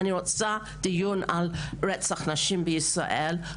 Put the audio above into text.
אני רוצה דיון על רצח נשים בישראל.